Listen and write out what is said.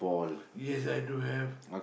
you have like to have